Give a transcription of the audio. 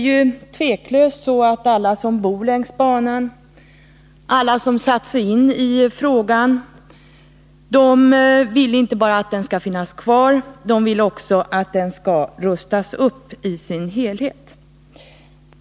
Alla som bor längs Roslagsbanan, alla som satt sig in i frågan, vill inte bara att banan skall finnas kvar, utan de vill också att den skall rustas upp i sin helhet.